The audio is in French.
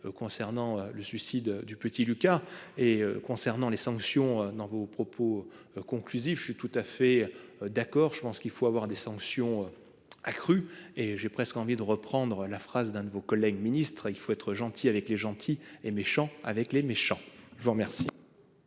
concernant le suicide du petit Lucas et concernant les sanctions dans vos propos conclusif. Je suis tout à fait. D'accord. Je pense qu'il faut avoir des sanctions. Accrues et j'ai presque envie de reprendre la phrase d'un de vos collègues ministres, il faut être gentils avec les gentils et méchants avec les méchants. Je vous remercie.